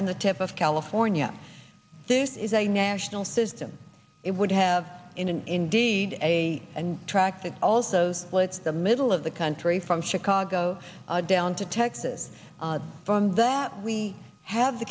and the tip of california duce is a national system it would have in and indeed a and tract it also splits the middle of the country from chicago down to texas from that we have the